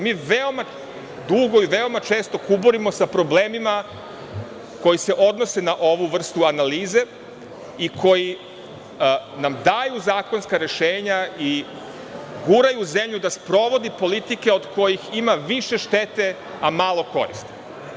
Mi veoma dugo i veoma često kuburimo sa problemima koji se odnose na ovu vrstu analize i koji nam daju zakonska rešenja i guraju zemlju da sprovodi politike od kojih ima više štete, a malo koristi.